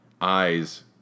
eyes